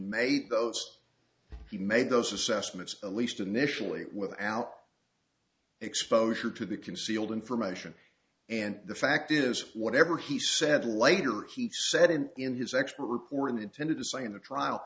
made those he made those assessments at least initially without exposure to the concealed information and the fact is whatever he said later he said and in his expert report and intended to say in the trial